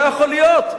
לא יכול להיות.